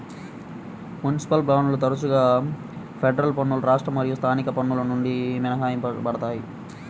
municipal బాండ్లు తరచుగా federal పన్నులు రాష్ట్ర మరియు స్థానిక పన్నుల నుండి మినహాయించబడతాయి